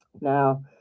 Now